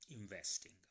Investing